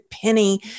penny